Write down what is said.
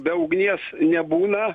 be ugnies nebūna